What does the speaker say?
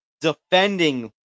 defending